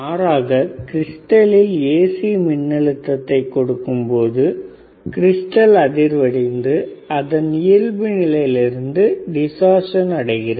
மாறாக கிரிஸ்டலில் AC மின்னழுத்தத்தை கொடுக்கும்பொழுது கிரிஸ்டல் அதிர்வடைந்து அது இயல்பு நிலையில் இருந்து விலகல் அடைகிறது